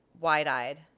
wide-eyed